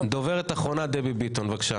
דוברת אחרונה, דבי ביטון, בבקשה.